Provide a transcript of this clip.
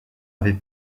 avait